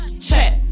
Check